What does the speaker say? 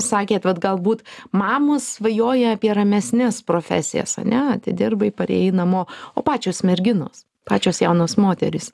sakėt vat galbūt mamos svajoja apie ramesnes profesijas ane atidirbai parėjai namo o pačios merginos pačios jaunos moterys